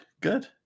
good